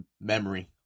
memory